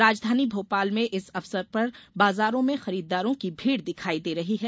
राजधानी भोपाल में इस अवसर पर बाजारों में भी खरीददारों की भीड़ दिखायी दे रही है